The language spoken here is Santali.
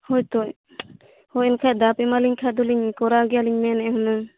ᱦᱳᱭ ᱛᱚ ᱦᱳᱭ ᱮᱱᱠᱷᱟᱱ ᱫᱟᱶ ᱯᱮ ᱮᱢᱟᱞᱤᱧ ᱠᱷᱟᱱ ᱫᱚ ᱞᱤᱧ ᱠᱚᱨᱟᱣ ᱜᱮᱭᱟᱞᱤᱧ ᱢᱮᱱ ᱮᱫᱼᱟ ᱦᱩᱱᱟᱹᱝ